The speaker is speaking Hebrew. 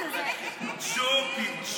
ג'ובים.